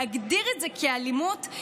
להגדיר את זה כאלימות,